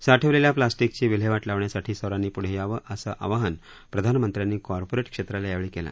साठवलेल्या प्लास्टिकची विल्हेवाट लावण्यासाठी सर्वांनी प्ढे यावं असं आवाहन प्रधानमंत्र्यांनी कॉर्पॅरिट क्षेत्राला यावेळी केलं